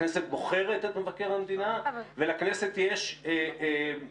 הכנסת בוחרת את מבקר המדינה ולכנסת יש סמכות